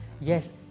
yes